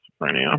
schizophrenia